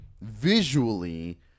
visually